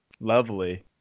Lovely